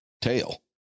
tail